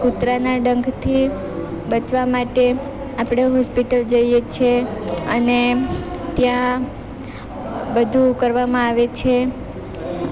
કુતરાના ડંખથી બચવા માટે આપણે હોસ્પિટલ જઈએ છીએ અને ત્યાં બધું કરવામાં આવે છે